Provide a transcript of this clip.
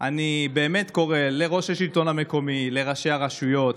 אני קורא לראש השלטון המקומי, לראשי הרשויות,